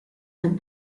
and